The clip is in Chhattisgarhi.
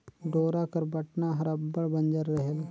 डोरा कर बटना हर अब्बड़ बंजर रहेल